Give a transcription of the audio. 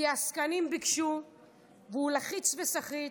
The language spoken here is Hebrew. כי העסקנים ביקשו והוא לחיץ וסחיט,